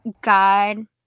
God